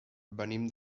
venim